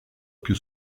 più